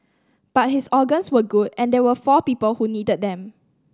but his organs were good and there were four people who needed them